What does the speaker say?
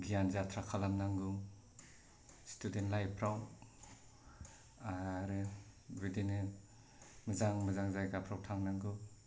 गियान जात्रा खालामनांगौ स्टुडेन्ट लाइफ फोराव आरो बेबादिनो मोजां मोजां जायगाफोराव थांनांगौ